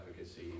efficacy